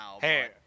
Hey